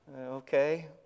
Okay